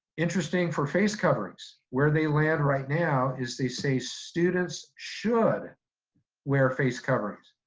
interesting for face coverings, where they land right now is they say students should wear face coverings.